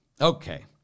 okay